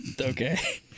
Okay